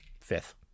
fifth